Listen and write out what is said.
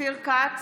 אופיר כץ,